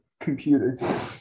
computer